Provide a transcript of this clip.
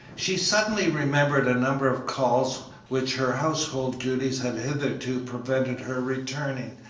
she suddenly remembered a number of calls which her household duties had hitherto prevented her returning,